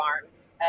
farms